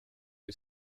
que